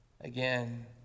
again